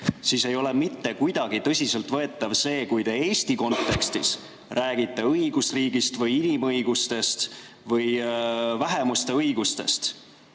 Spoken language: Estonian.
siis ei ole mitte kuidagi tõsiselt võetav see, kui te Eesti kontekstis räägite õigusriigist või inimõigustest või vähemuste õigustest,